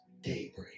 daybreak